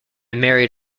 married